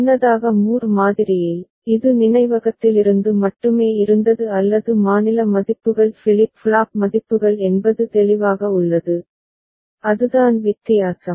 முன்னதாக மூர் மாதிரியில் இது நினைவகத்திலிருந்து மட்டுமே இருந்தது அல்லது மாநில மதிப்புகள் ஃபிளிப் ஃப்ளாப் மதிப்புகள் என்பது தெளிவாக உள்ளது அதுதான் வித்தியாசம்